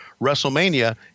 WrestleMania